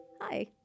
Hi